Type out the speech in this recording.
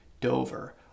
Dover